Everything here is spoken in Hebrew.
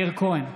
מאיר כהן,